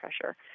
pressure